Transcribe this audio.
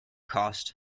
cost